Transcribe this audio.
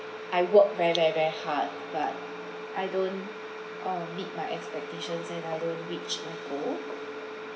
I work very very hard but I don't uh meet my expectations and I don't reach my goal